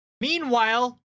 Meanwhile